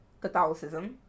Catholicism